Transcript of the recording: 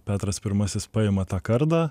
petras pirmasis paima tą kardą